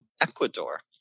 Ecuador